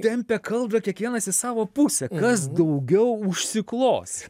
tempia kaldrą kiekvienas į savo pusę kas daugiau užsiklos